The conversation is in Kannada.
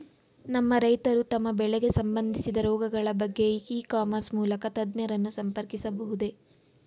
ನಮ್ಮ ರೈತರು ತಮ್ಮ ಬೆಳೆಗೆ ಸಂಬಂದಿಸಿದ ರೋಗಗಳ ಬಗೆಗೆ ಇ ಕಾಮರ್ಸ್ ಮೂಲಕ ತಜ್ಞರನ್ನು ಸಂಪರ್ಕಿಸಬಹುದೇ?